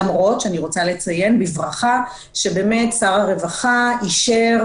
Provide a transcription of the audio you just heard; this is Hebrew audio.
למרות שאני רוצה לציין בברכה ששר הרווחה אישר